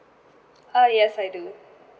uh yes I do